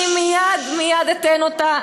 אני מייד מייד אתן אותה.